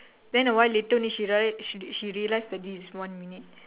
then a while later only she realise she she realised that this is one minute